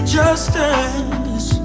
justice